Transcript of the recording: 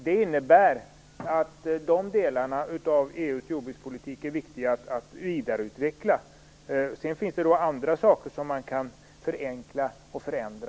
Det innebär att de delarna av EU:s jordbrukspolitik är viktiga att vidareutveckla. Sedan finns det andra saker som man kan förenkla och förändra.